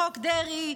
חוק דרעי,